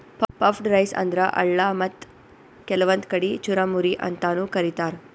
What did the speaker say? puffed rice ಅಂದ್ರ ಅಳ್ಳ ಮತ್ತ್ ಕೆಲ್ವನ್ದ್ ಕಡಿ ಚುರಮುರಿ ಅಂತಾನೂ ಕರಿತಾರ್